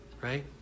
right